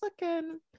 looking